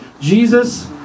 Jesus